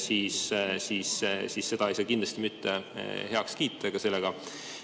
siis seda ei saa kindlasti mitte heaks kiita ega sellega